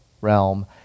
realm